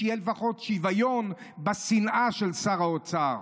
שיהיה לפחות שוויון בשנאה של שר האוצר.